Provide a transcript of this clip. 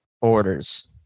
orders